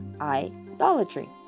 idolatry